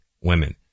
women